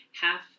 half